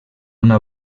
una